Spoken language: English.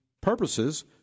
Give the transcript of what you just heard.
purposes